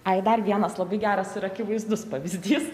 ai dar vienas labai geras ir akivaizdus pavyzdys